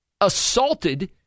assaulted